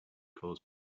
caused